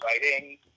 exciting